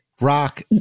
Rock